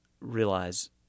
realize